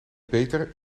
beter